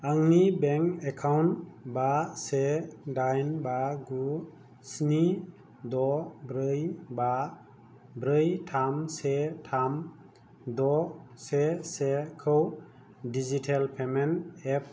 आंनि bank account बा से दाइन बा गु स्नि द' ब्रै बा ब्रै थाम से थाम द' से सेखौ डिजिटेल पेमेन्ट एप